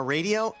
Radio